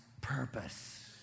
purpose